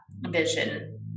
vision